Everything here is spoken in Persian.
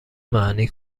معنی